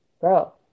bro